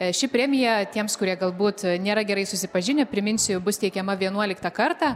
ši premija tiems kurie galbūt nėra gerai susipažinę priminsiu bus teikiama vienuoliktą kartą